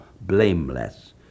blameless